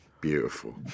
Beautiful